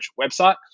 website